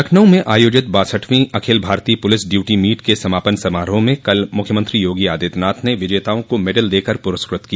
लखनऊ में आयोजित बासठवीं अखिल भारतीय पुलिस ड्यूटी मीट के समापन समारोह में कल मुख्यमंत्री योगी आदित्यनाथ ने विजेताओं को मेडल देकर पुरस्कृत किया